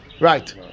Right